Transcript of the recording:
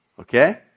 Okay